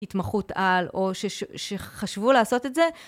התמחות על או שחשבו לעשות את זה.